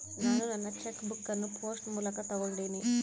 ನಾನು ನನ್ನ cheque book ಅನ್ನು ಪೋಸ್ಟ್ ಮೂಲಕ ತೊಗೊಂಡಿನಿ